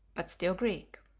but still greek.